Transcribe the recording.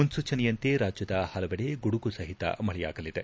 ಮುನ್ಲೂಚನೆಯಂತೆ ರಾಜ್ಯದ ಹಲವೆಡೆ ಗುಡುಗು ಸಹಿತ ಮಳೆಯಾಗಲಿದೆ